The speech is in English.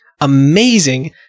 amazing